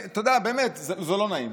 באמת זה לא נעים.